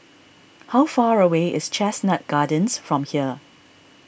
how far away is Chestnut Gardens from here